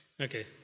Okay